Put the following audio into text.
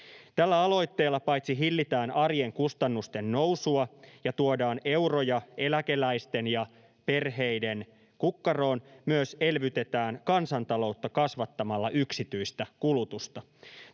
Tällä aloitteella paitsi hillitään arjen kustannusten nousua ja tuodaan euroja eläkeläisten ja perheiden kukkaroon myös elvytetään kansantaloutta kasvattamalla yksityistä kulutusta.